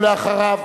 אחריו,